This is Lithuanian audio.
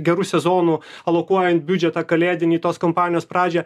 geru sezonu alokuojant biudžetą kalėdinį į tos kampanijos pradžią